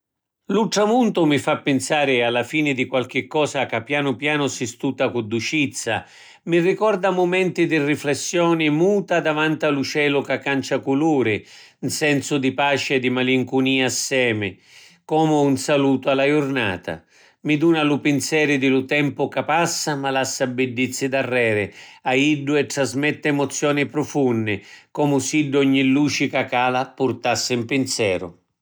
Lu tramuntu mi fa pinsari a la fini di qualchi cosa ca pianu pianu si stuta cu ducizza; mi ricorda mumenti di riflessioni muta davanti a lu cielu ca cancia culuri, ‘n sensu di paci e di malincunia assemi, come ‘n salutu a la jurnata. Mi duna lu pinzeri di lu tempu ca passa ma lassa biddizzi darreri a iddu e trasmetti emozioni prufunni, comu siddu ogni luci ca cala purtassi ‘n pinzeru.